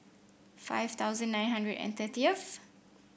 five thousand nine hundred and thirtieth